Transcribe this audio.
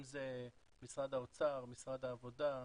אם זה משרד האוצר, משרד העבודה,